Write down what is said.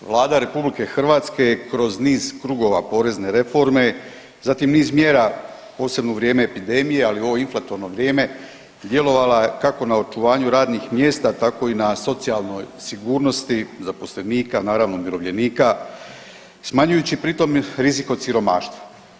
Vlada Republike Hrvatske je kroz niz krugova porezne reforme, zatim niz mjera posebno u vrijeme epidemije ali u ovo inflatorno vrijeme djelovala kako na očuvanju radnih mjesta, tako i na socijalnoj sigurnosti zaposlenika, naravno umirovljenika smanjujući pritom rizik od siromaštva.